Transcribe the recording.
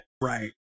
Right